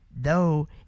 though